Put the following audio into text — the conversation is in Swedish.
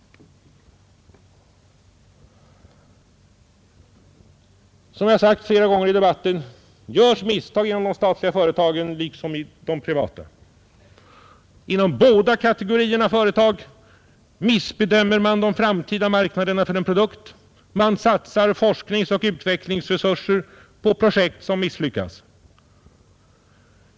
Som jag sagt flera gånger tidigare i debatten görs det misstag inom de statliga företagen liksom i de privata. Inom båda kategorierna av företag kan man felbedöma den framtida marknaden för en produkt; man satsar forskningsoch utvecklingsresurser på projekt som misslyckas.